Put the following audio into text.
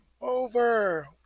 Over